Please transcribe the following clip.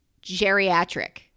geriatric